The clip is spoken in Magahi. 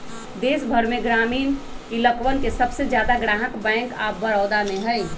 देश भर में ग्रामीण इलकवन के सबसे ज्यादा ग्राहक बैंक आफ बडौदा में हई